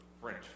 french